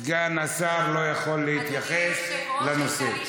סגן השר לא יכול להתייחס לנושא.